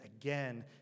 again